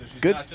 good